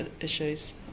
issues